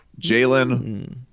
Jalen